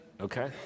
Okay